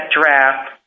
draft